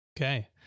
Okay